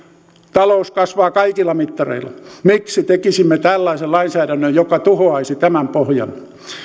talous kasvaa kaikilla mittareilla miksi tekisimme tällaisen lainsäädännön joka tuhoaisi tämän pohjan